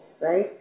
right